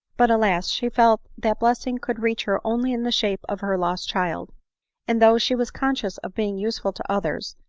but, alas! she felt that blessing could reach her only in the shape of her lost child and, though she was con scious of being useful to others,